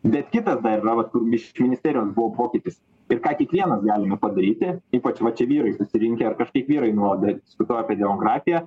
bet kitas dar yra vat kur iš ministerijos buvo pokytis ir ką kiekvienas galime padaryti ypač va čia vyrai susirinkę ir kažkaip vyrai nuolat diskutuoja apie demografiją